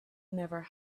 never